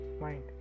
mind